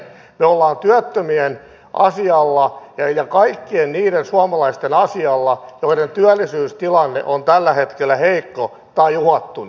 me ollaan työttömien asialla ja kaikkien niiden suomalaisten asialla joiden työllisyystilanne on tällä hetkellä heikko tai uhattuna